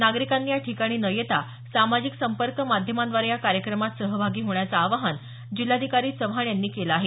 नागरिकांनी याठिकाणी न येता सामाजिक संपर्क माध्यमांद्वारे या कार्यक्रमात सहभागी होण्याचं आवाहन जिल्हाधिकारी चव्हाण यांनी केलं आहे